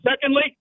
secondly